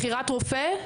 בחירת רופא?